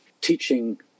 teaching